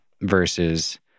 versus